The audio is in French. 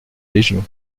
légion